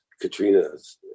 Katrina's